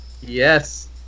Yes